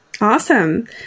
Awesome